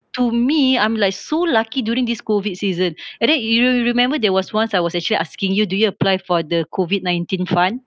to me I'm like so lucky during this COVID season and then you remember there was once I was actually asking you do you apply for the COVID nineteen fund